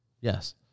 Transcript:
Yes